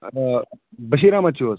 ٲں بشیٖر احمد چھُو حظ